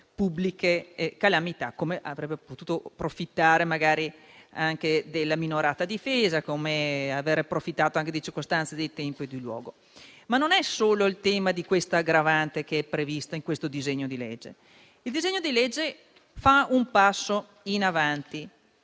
pubbliche calamità, come avrebbe potuto profittare, magari, anche della minorata difesa, come anche di circostanze di tempo e di luogo. Ma non è solo questa aggravante che è prevista in questo disegno di legge, il quale fa un passo in avanti